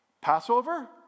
Passover